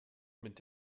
mit